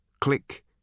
Click